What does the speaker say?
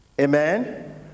Amen